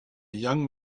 young